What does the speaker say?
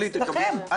לוח סילוקים